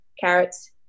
carrots